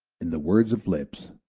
in the words of lipps,